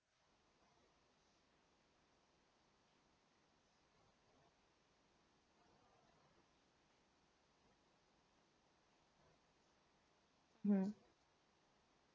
mm